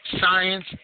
science